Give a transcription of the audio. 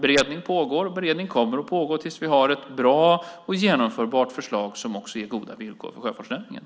Beredning pågår, och beredning kommer att pågå tills vi har ett bra och ett genomförbart förslag som också ger goda villkor för sjöfartsnäringen.